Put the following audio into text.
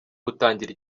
gutangira